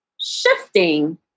shifting